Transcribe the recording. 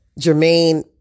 Jermaine